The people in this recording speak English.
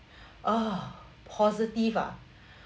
ah positive ah